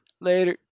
Later